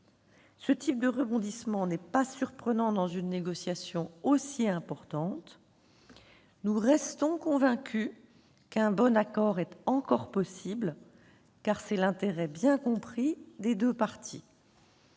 Ce type de rebondissements n'est pas surprenant dans une négociation aussi importante. Nous restons convaincus qu'un bon accord est encore possible, car c'est l'intérêt bien compris des deux parties.